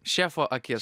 šefo akies